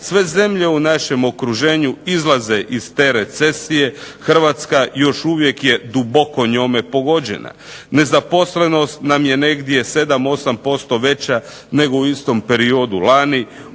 sve zemlje u našem okruženju izlaze iz te recesije. Hrvatska je još uvijek duboko njome pogođena. Nezaposlenost nam je negdje 7, 8% veća nego u istom periodu lani.